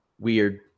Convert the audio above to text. Weird